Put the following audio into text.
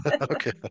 okay